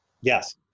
Yes